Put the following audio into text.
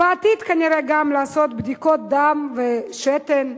ובעתיד כנראה גם לעשות בדיקות דם ושתן,